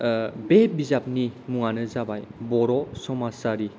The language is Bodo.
बे बिजाबनि मुङानो जाबाय बर' समाजारि